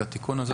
התיקון הזה